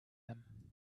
them